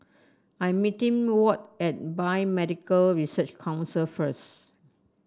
I am meeting Ward at Biomedical Research Council first